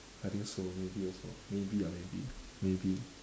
I think so maybe also maybe ah maybe maybe